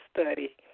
Study